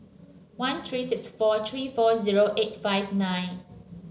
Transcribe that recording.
one three sxi four three four zero eight five nine